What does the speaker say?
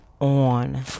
on